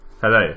hello